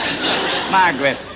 Margaret